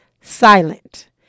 silent